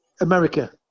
America